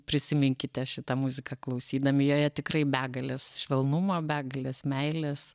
prisiminkite šitą muziką klausydami joje tikrai begalės švelnumo begalės meilės